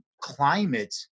climate